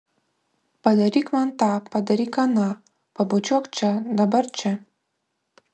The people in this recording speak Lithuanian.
padaryk man tą padaryk aną pabučiuok čia dabar čia